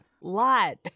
lot